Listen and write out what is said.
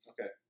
Okay